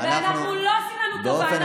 לא עושים לנו טובה.